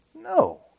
No